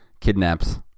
kidnaps